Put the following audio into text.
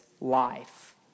life